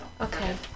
Okay